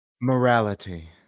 Morality